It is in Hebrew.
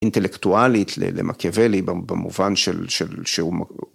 אינטלקטואלית למקיאוולי במובן של...